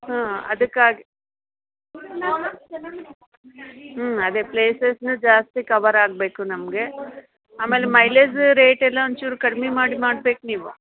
ಹಾಂ ಅದಕ್ಕಾಗಿ ಹ್ಞೂ ಅದೆ ಪ್ಲೇಸಸನ್ನು ಜಾಸ್ತಿ ಕವರ್ ಆಗಬೇಕು ನಮಗೆ ಆಮೇಲೆ ಮೈಲೇಜ್ ರೇಟೆಲ್ಲ ಒಂಚೂರು ಕಡ್ಮೆ ಮಾಡಿ ಮಾಡ್ಬೇಕು ನೀವು